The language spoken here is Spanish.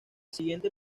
siguiente